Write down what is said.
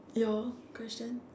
your question